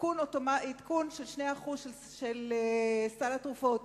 עדכון של 2% של סל התרופות?